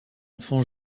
enfant